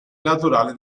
naturali